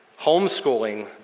homeschooling